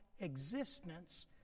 existence